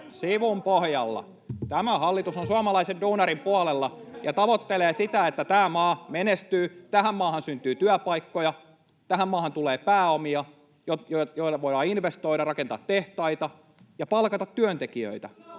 se kultiin!] Tämä hallitus on suomalaisen duunarin puolella ja tavoittelee sitä, että tämä maa menestyy, tähän maahan syntyy työpaikkoja, tähän maahan tulee pääomia, joilla voidaan investoida, rakentaa tehtaita ja palkata työntekijöitä.